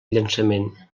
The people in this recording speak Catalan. llançament